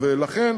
ולכן,